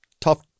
tough